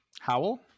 Howell